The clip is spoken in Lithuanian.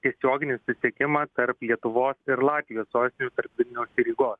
tiesioginį susiekimą tarp lietuvos ir latvijos sostinių tarp vilniaus ir rygos